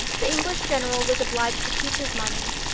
the english general was obliged to keep his money,